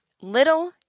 Little